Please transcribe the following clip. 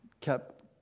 kept